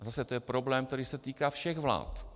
Zase to je problém, který se týká všech vlád.